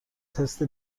تست